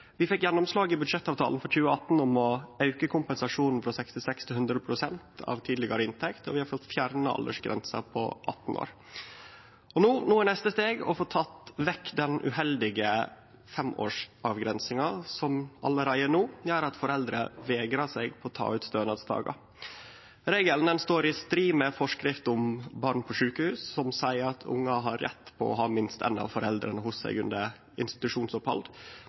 Vi fekk gjennomslag i budsjettavtalen 2018 for å auke kompensasjonen frå 66 pst. til 100 pst. av tidlegare inntekt, og vi har fått fjerna aldersgrensa på 18 år. No er neste steg å ta vekk den uheldige avgrensinga på fem år, som allereie no gjer at foreldre vegrar seg for å ta ut stønadsdagar. Regelen står i strid med forskrift om barn på sjukehus, som seier at ungar har rett til å ha minst ein av foreldra hos seg under institusjonsopphald.